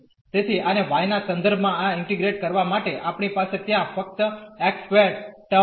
તેથી આને y ના સંદર્ભ માં આ ઇન્ટીગ્રેટ કરવા માટે આપણી પાસે ત્યાં ફક્ત y સ્ક્વેર્ડ ટર્મ હશે